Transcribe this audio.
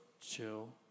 chill